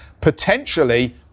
potentially